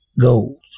goals